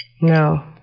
No